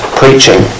preaching